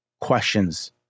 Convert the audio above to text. questions